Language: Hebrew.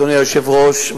אדוני היושב-ראש,